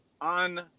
on